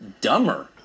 dumber